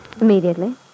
Immediately